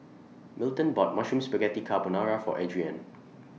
Milton bought Mushroom Spaghetti Carbonara For Adriene